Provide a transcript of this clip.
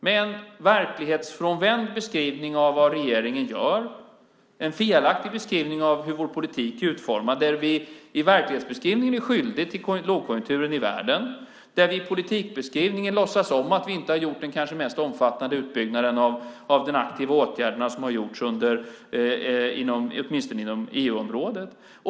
Det är en verklighetsfrånvänd beskrivning av vad regeringen gör och en felaktig beskrivning av hur vår politik är utformad. I verklighetsbeskrivningen är vi skyldiga till lågkonjunkturen i världen. I politikbeskrivningen låtsas han att vi inte har gjort den kanske mest omfattande utbyggnaden av de aktiva åtgärderna som har gjorts inom åtminstone EU-området.